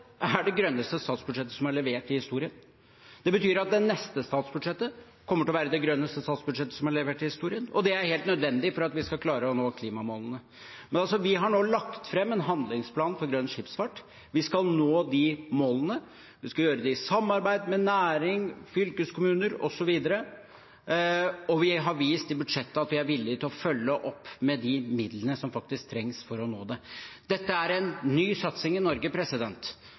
er det grønneste statsbudsjettet som er levert i historien. Det betyr at det neste statsbudsjettet kommer til å være det grønneste statsbudsjettet som er levert i historien. Og det er helt nødvendig for at vi skal klare å nå klimamålene. Vi har nå lagt fram en handlingsplan for grønn skipsfart. Vi skal nå de målene, og vi skal gjøre det i samarbeid med næring, fylkeskommuner osv. Og vi har vist i budsjettet at vi er villige til å følge opp med de midlene som faktisk trengs for å nå dem. Dette er en ny satsing i Norge.